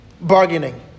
Bargaining